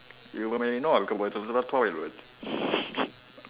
you may know I'm going to to the toilet